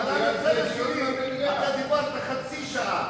על הצד השני דיברת חצי שעה.